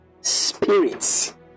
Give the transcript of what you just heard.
Spirits